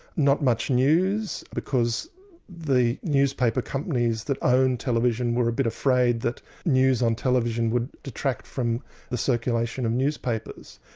not much news because the newspaper companies that owned television were a bit afraid that news on television would detract from the circulation of newspapers.